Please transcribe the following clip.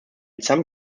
some